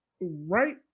right